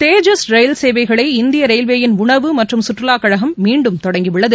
தேஜஸ் rail சேவைகளை இந்திய ரயில்வேயின் உணவு மற்றும் சுற்றுலாக் கழகம் மீண்டும் தொடங்கியுள்ளது